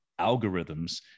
algorithms